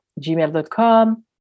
gmail.com